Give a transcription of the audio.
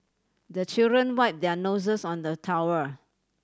the children wipe their noses on the towel